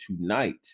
tonight